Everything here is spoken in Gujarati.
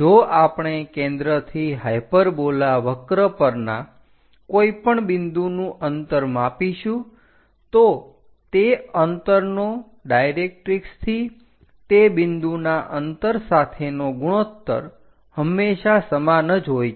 જો આપણે કેન્દ્રથી હાઇપરબોલા વક્ર પરના કોઈપણ બિંદુનું અંતર માપીશું તો તે અંતરનો ડાયરેક્ટરીક્ષથી તે બિંદુના અંતર સાથેનો ગુણોત્તર હંમેશા સમાન જ હોય છે